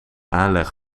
aanleg